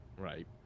Right